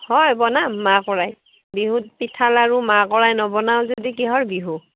হয় বনাম মাহকৰাই বিহুত পিঠা লাৰু মাহকৰাই নবনাওঁ যদি কিহৰ বিহু